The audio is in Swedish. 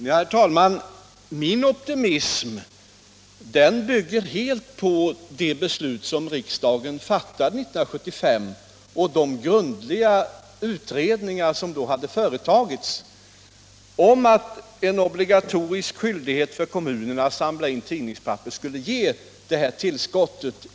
Herr talman! Min optimism bygger helt på det beslut som riksdagen fattade 1975 och de grundliga utredningar som då hade företagits om en obligatorisk skyldighet för kommunerna att samla in tidningspapper —- det skulle ge detta tillskott.